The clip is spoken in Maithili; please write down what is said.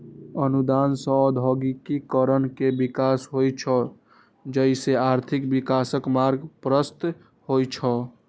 अनुदान सं औद्योगिकीकरण के विकास होइ छै, जइसे आर्थिक विकासक मार्ग प्रशस्त होइ छै